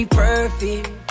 perfect